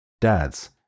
dads